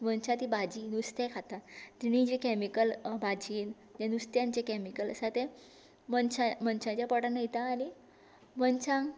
मनशां ती भाजी नुस्तें खाता तिणी जें कॅमिकल भाजीन जें नुस्त्यान जें कॅमिकल आसा तें मनशां मनशाच्या पोटांत वयता आनी मनशांक